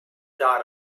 dot